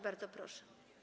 Bardzo proszę.